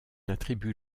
attribue